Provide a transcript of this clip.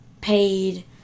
paid